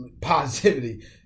positivity